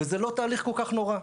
זה לא תהליך כל כך נורא.